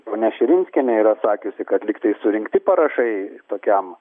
ponia širinskienė yra sakiusi kad lyg tai surinkti parašai tokiam